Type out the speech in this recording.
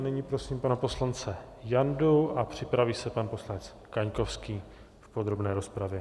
Nyní prosím pana poslance Jandu a připraví se pan poslanec Kaňkovský v podrobné rozpravě.